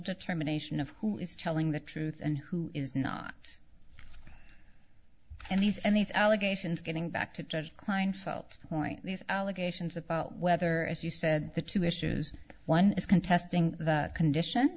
determination of who is telling the truth and who is not and these and these allegations getting back to judge kleinfeld point these allegations about whether as you said the two issues one is contesting the condition